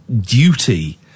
duty